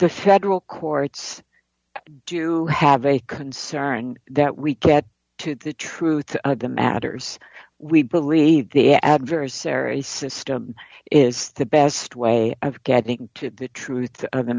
federal courts do you have a concern that we get to the truth of the matters we believe the adversary system is the best way of getting to the truth of the